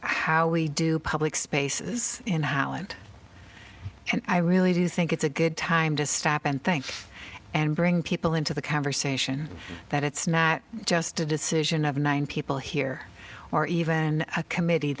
how we do public spaces in holland and i really do think it's a good time to stop and think and bring people into the conversation that it's not just a decision of nine people here or even a committee